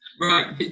Right